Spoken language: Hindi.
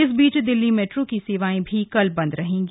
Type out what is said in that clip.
इस बीच दिल्ली मेट्रो की सेवाएं भी कल बंद रहेंगी